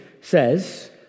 says